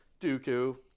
Dooku